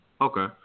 Okay